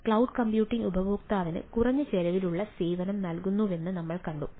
cloud computing ഉപയോക്താവിന് കുറഞ്ഞ ചെലവിലുള്ള സേവനം നൽകുന്നുവെന്ന് നമ്മൾ കണ്ടു